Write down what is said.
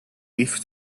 leafed